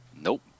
Nope